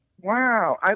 Wow